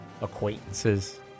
acquaintances